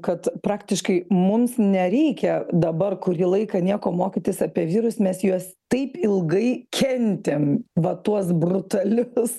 kad praktiškai mums nereikia dabar kurį laiką nieko mokytis apie vyrus mes juos taip ilgai kentėm va tuos brutalius